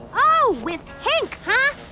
oh, with hank, huh?